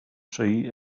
see